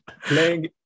Playing